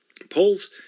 Polls